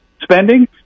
spending